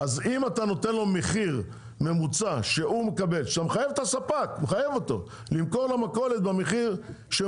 אז אם אתה נותן לו מחיר ממוצע שאתה מחייב את הספק למכור למכולת במחיר שהוא